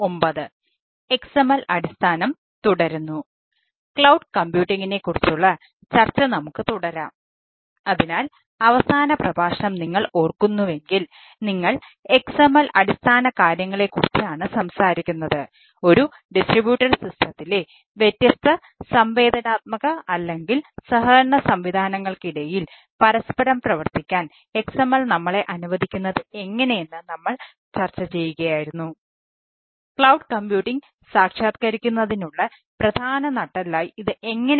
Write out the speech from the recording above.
Soumya Kanti Ghosh Department of Computer Science and Engineering Indian Institute of Technology Kharagpur Lecture - 09 പ്രഭാഷണം- 09 XML Basics XML അടിസ്ഥാനം cloud കമ്പ്യൂട്ടിംഗിനെ